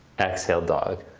exhale dog.